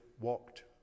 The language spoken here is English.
walked